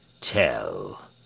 Tell